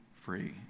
free